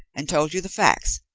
and told you the facts.